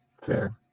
fair